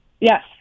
Yes